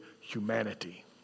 humanity